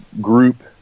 group